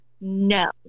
no